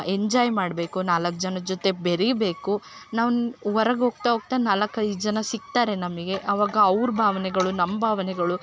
enjoy ಮಾಡಬೇಕು ನಾಲ್ಕು ಜನ ಜೊತೆ ಬೆರಿಬೇಕು ನಾವು ಹೊರಗ್ ಹೋಗ್ತಾ ಹೋಗ್ತಾ ನಾಲ್ಕು ಐದು ಜನ ಸಿಗ್ತಾರೆ ನಮಗೆ ಅವಾಗ ಅವ್ರ ಭಾವನೆಗಳು ನಮ್ಮ ಭಾವನೆಗಳು